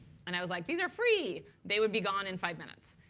and i was like, these are free, they would be gone in five minutes.